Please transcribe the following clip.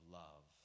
love